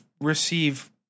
receive